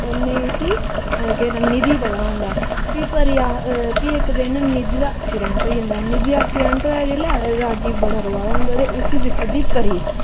नेईं उसी केह् नांऽ निधि गी पता होंदा फ्ही परी आख फ्ही एक्क दिन निधि दा ऐक्सीडेंट होई जंदा निधि दा ऐक्सीडेंट होएया जेल्लै राजवी बड़ा रोआ दा होंदा ते उसी दिक्खी उड़दी परी